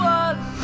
one